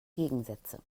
gegensätze